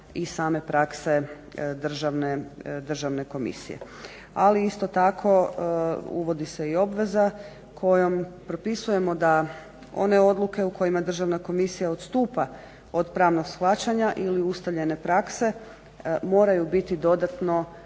i same prakse državne komisije. Ali isto tako uvodi se i obveza kojom propisujemo da one odluke u kojima državna komisija odstupa od pravnog shvaćanja ili ustaljene prakse moraju biti dodatno